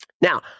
Now